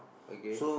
okay